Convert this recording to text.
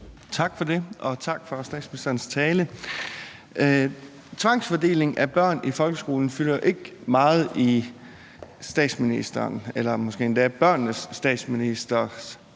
Tak for det. Og tak for statsministerens tale. Tvangsfordeling af børn i folkeskolen fylder jo ikke meget i statsministerens eller måske endda børnenes statsministers